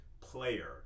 player